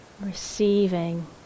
Receiving